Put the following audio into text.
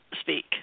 speak